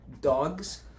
dogs